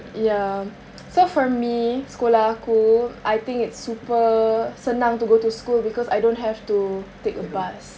ya so for me sekolah aku I think it's super senang to go to school because I don't have to take a bus